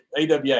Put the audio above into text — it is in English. AWA